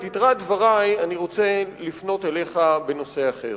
ביתרת דברי אני רוצה לפנות אליך בנושא אחר.